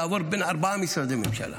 לעבור בין ארבעה משרדי ממשלה?